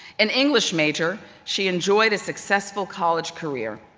an english major, she'd enjoyed a successful college career.